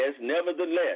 Nevertheless